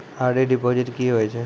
RD deposit की होय छै?